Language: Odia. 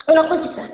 ହଉ ରଖୁଛି ସାର୍